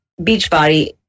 Beachbody